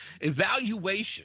Evaluation